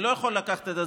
אבל הציבור כבר קץ בו.